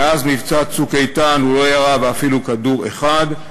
ומאז מבצע "צוק איתן" הוא לא ירה אפילו כדור אחד,